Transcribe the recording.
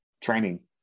training